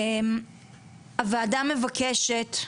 הוועדה מבקשת,